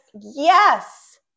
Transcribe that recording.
Yes